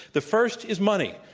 the first is money.